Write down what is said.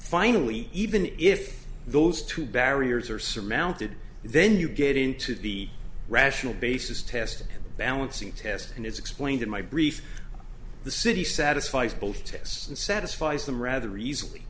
finally even if those two barriers are surmounted then you get into the rational basis test balancing test and it's explained in my brief the city satisfies both tests and satisfies them rather easily